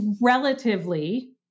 relatively